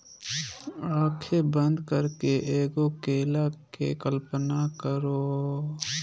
आँखें बंद करके एगो केला के कल्पना करहो